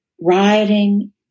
rioting